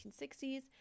1960s